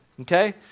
Okay